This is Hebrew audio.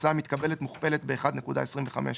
והתוצאה המתקבלת מוכפלת ב־1.25,"